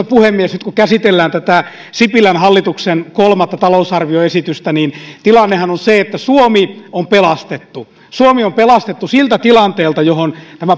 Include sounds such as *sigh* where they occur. *unintelligible* puhemies nyt kun käsitellään tätä sipilän hallituksen kolmatta talousarvioesitystä niin tilannehan on on se että suomi on pelastettu suomi on pelastettu siltä tilanteelta johon